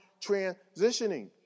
transitioning